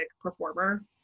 performer